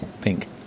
pink